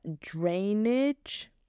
drainage